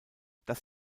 dass